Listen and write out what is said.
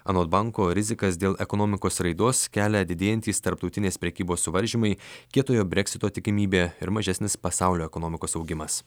anot banko rizikas dėl ekonomikos raidos kelia didėjantys tarptautinės prekybos suvaržymai kietojo breksito tikimybė ir mažesnis pasaulio ekonomikos augimas